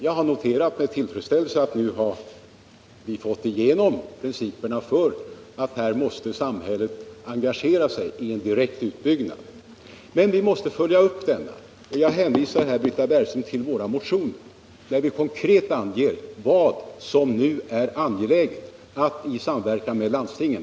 Jag har med tillfredsställelse noterat att vi nu fått igenom principen att särskilda statliga insatser behövs för utbyggnaden. Men vi måste följa upp detta. Jag hänvisar här Britta Bergström till våra motioner, där vi konkret anger vad som nu är angeläget att följa upp i samverkan med landstingen.